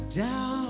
down